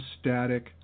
static